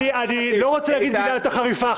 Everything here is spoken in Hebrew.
אני לא רוצה להגיד מילה יותר חריפה,